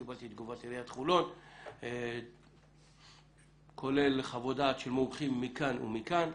קיבלתי את תגובת עיריית חולון כולל חוות דעת של מומחים מכאן ומכאן,